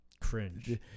cringe